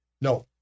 No